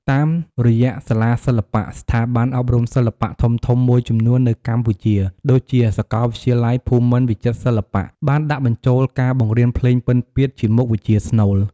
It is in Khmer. តាមរយៈសាលាសិល្បៈ ស្ថាប័នអប់រំសិល្បៈធំៗមួយចំនួននៅកម្ពុជា ដូចជាសាកលវិទ្យាល័យភូមិន្ទវិចិត្រសិល្បៈ បានដាក់បញ្ចូលការបង្រៀនភ្លេងពិណពាទ្យជាមុខវិជ្ជាស្នូល។